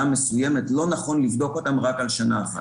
מסוימת ולא נכון לבדוק אותן רק על שנה אחת.